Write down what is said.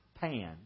Pan